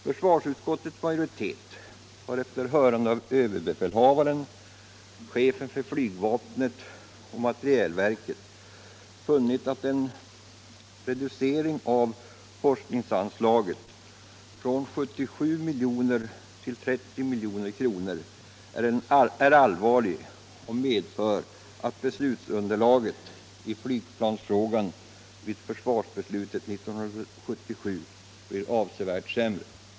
Försvarsutskottets majoritet har efter hörande av överbefälhavaren, chefen för flygvapnet och materielverket funnit att en reducering av forskningsanslaget från 77 milj.kr. till 30 milj.kr. är allvarlig och medför att beslutsunderlaget i flygplansfrågan vid försvarsbeslutet 1977 blir avsevärt sämre.